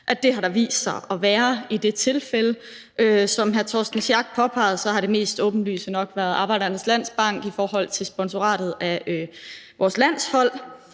at der har vist sig at være i det her tilfælde. Som hr. Torsten Schack Pedersen påpegede, har det mest åbenlyse nok været Arbejdernes Landsbanks sponsorat af vores landshold.